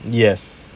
yes